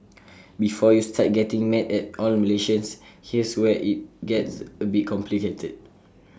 before you start getting mad at all Malaysians here's where IT gets A bit complicated